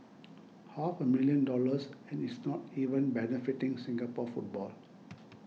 half a million dollars and it's not even benefiting Singapore football